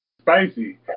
Spicy